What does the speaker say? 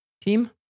team